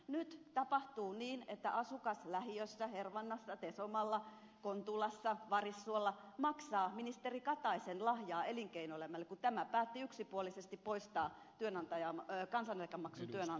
nyt tapahtuu niin että asukas lähiössä hervannassa tesomalla kontulassa varissuolla maksaa ministeri kataisen lahjaa elinkeinoelämälle kun tämä päätti yksipuolisesti poistaa kansaneläkemaksun työnantajilta